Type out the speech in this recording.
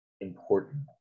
important